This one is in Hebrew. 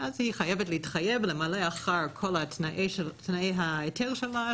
ואז היא מתחייבת למלא אחר כל תנאי ההיתר שלה,